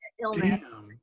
illness